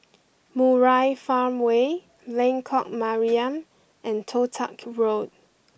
Murai Farmway Lengkok Mariam and Toh Tuck Road